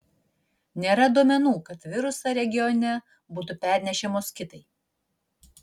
nėra duomenų kad virusą regione būtų pernešę moskitai